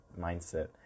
mindset